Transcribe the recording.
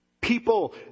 people